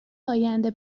آینده